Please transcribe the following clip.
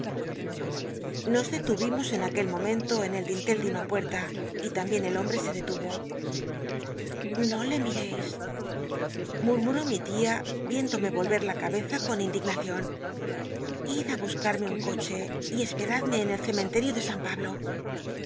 nos detuyimos en aquel momento en el dintel de una puerta y tambicn el hombtc se detuvo no le mitcis mmmutó mi tia viéndome volycr la cabeza con indignacion id ti buscarme un coche y esperad me en el cementerio de san pablo